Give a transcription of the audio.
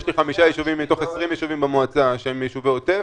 יש לי חמישה יישובים מתוך 20 יישובים במועצה שהם יישובי עוטף